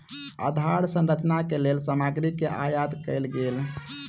आधार संरचना के लेल सामग्री के आयत कयल गेल